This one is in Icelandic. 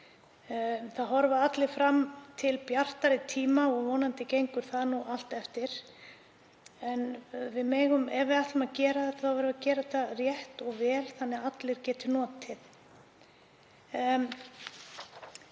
Það horfa allir fram til bjartari tíma og vonandi gengur það nú allt eftir. En ef við ætlum að gera þetta þá verðum við að gera þetta rétt og vel þannig að allir geti notið.